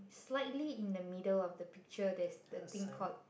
slightly in the middle of the picture there's the thing called